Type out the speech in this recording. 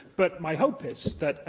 but my hope is that,